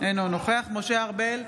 אינו נוכח משה ארבל,